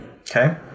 okay